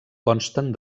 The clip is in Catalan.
consten